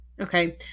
Okay